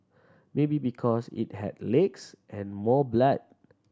maybe because it had legs and more blood